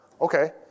Okay